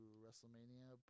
wrestlemania